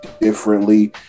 differently